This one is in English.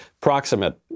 proximate